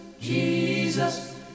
Jesus